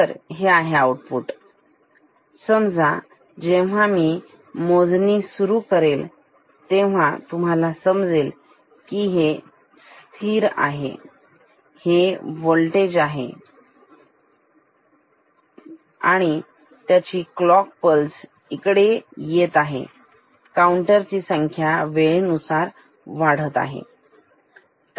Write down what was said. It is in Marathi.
तर हे आउटपुट समज जेव्हा ही मोजणी सुरू असेल तेव्हा तुम्हाला समजेल की हे स्थिर आहे हे व्होल्टेज वाढत आहे आणि क्लॉक पल्स इकडे येत आहे काउंटर ची संख्या वेळेनुसार वाढत आहे